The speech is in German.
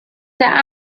der